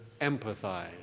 empathize